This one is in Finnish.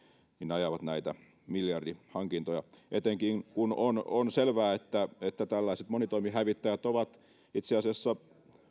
ajavat näitä miljardihankintoja etenkin kun on on selvää että että tällaiset monitoimihävittäjät ovat itse asiassa